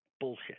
bullshit